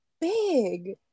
big